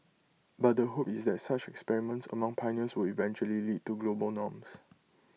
but the hope is that such experiments among pioneers would eventually lead to global norms